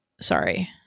Sorry